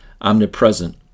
omnipresent